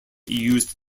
used